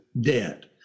debt